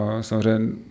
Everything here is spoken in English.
samozřejmě